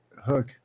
hook